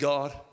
God